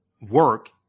work